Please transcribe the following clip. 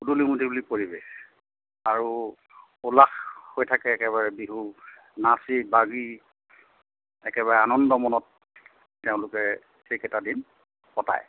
উদুলি মুদুলি পৰিৱেশ আৰু উল্লাস হৈ থাকে একেবাৰে বিহু নাচি বাগি একেবাৰে আনন্দ মনত তেওঁলোকে সেইকেইটা দিন কটায়